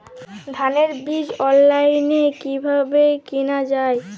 ধানের বীজ অনলাইনে কিভাবে কেনা যায়?